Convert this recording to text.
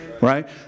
Right